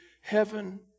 heaven